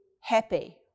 happy